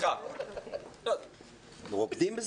רוקדים ב-זום?